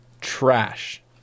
Trash